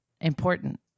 important